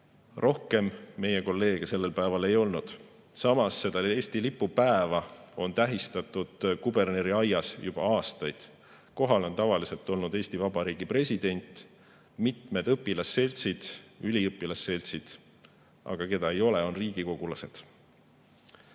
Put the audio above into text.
Rohkem meie kolleege sellel päeval ei olnud. Samas, Eesti lipu päeva on tähistatud Kuberneri aias juba aastaid. Kohal on tavaliselt olnud Eesti Vabariigi president, mitmed õpilasseltsid, üliõpilasseltsid, aga keda ei ole, on riigikogulased.